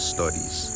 Studies